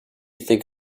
think